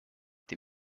die